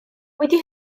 wedi